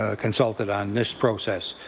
ah consulted on this process.